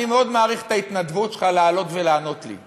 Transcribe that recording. אני מאוד מעריך את ההתנדבות שלך לעלות ולענות לי.